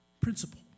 principle